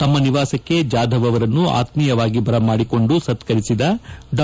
ತಮ್ಮ ನಿವಾಸಕ್ಕೆ ಜಾಧವ್ ಅವರನ್ನು ಆತ್ಮೀಯವಾಗಿ ಬರಮಾಡಿಕೊಂಡು ಸತ್ಕರಿಸಿದ ಡಾ